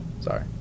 Sorry